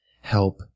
help